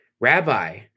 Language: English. Rabbi